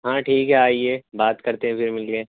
ٹھیک ہے آئیے بات کرتے ہوئے مل لیں